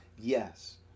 Yes